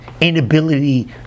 inability